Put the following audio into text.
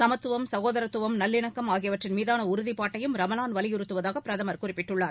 சமத்துவம் சகோதத்துவம் நல்லிணக்கம் ஆகியவற்றின் மீதான உறுதிப்பாட்டையும் ரமலான் வலியுறுத்துவதாக பிரதமர் குறிப்பிட்டுள்ளார்